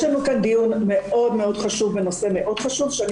יש לנו כאן דיון מאוד מאוד חשוב בנושא מאוד חשוב שאני